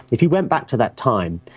if you went back to that time,